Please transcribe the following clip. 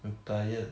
I'm tired